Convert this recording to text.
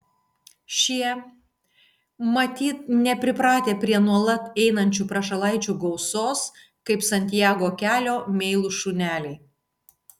šie matyt nepripratę prie nuolat einančių prašalaičių gausos kaip santiago kelio meilūs šuneliai